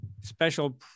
special